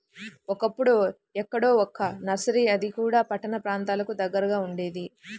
ఒకప్పుడు ఎక్కడో ఒక్క నర్సరీ అది కూడా పట్టణ ప్రాంతాలకు దగ్గరగా ఉండేది